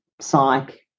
psych